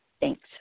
Thanks